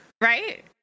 right